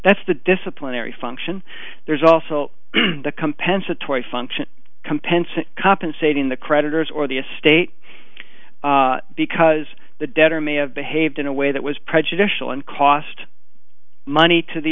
that's the disciplinary function there's also the compensatory function compensable compensating the creditors or the estate because the debtor may have behaved in a way that was prejudicial and cost money to the